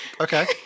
Okay